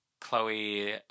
Chloe